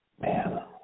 Man